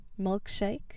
milkshake